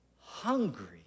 hungry